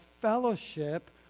fellowship